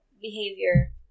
behavior